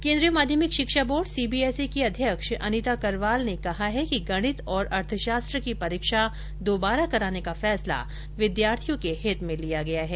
केन्द्रीय माध्यमिक शिक्षा बोर्ड सीबीएसई की अध्यक्ष अनीता करवाल ने कहा है कि गणित और अर्थशास्त्र की परीक्षा दोबारा कराने का फैसला विद्यार्थियों के हित में लिया गया है